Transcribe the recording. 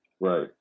Right